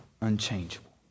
unchangeable